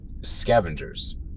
scavengers